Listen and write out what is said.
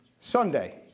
Sunday